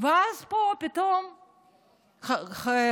ואז פה פתאום הכנסת,